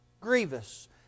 grievous